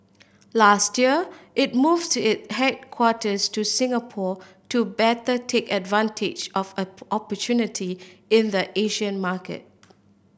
last year it moved it headquarters to Singapore to better take advantage of opportunities in the Asian market